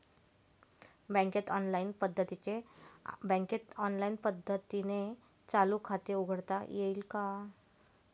बँकेत ऑनलाईन पद्धतीने चालू खाते उघडता येईल का?